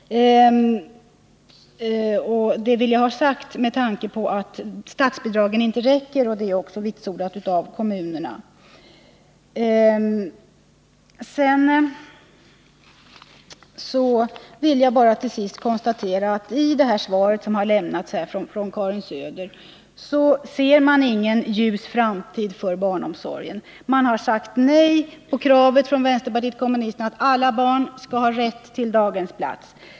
Detta vill jag ha sagt med tanke på att statsbidragen inte räcker, vilket också är vitsordat av kommunerna. Till sist vill jag konstatera att i det här svaret, som har lämnats av Karin Söder, ser vi ingen ljus framtid för barnomsorgen. Man har sagt nej till kravet från vänsterpartiet kommunisterna, att alla barn skall ha rätt till daghemsplats.